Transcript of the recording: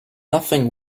nothing